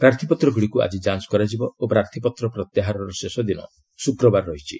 ପ୍ରାର୍ଥୀପତ୍ରଗୁଡ଼ିକୁ ଆଜି ଯାଞ୍ଚ କରାଯିବ ଓ ପ୍ରାର୍ଥପତ୍ର ପ୍ରତ୍ୟାହାରର ଶେଷଦିନ ଶୁକ୍ରବାର ରହିଛି